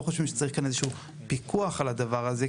חושבים שצריך איזשהו פיקוח על הדבר הזה,